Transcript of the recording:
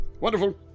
Wonderful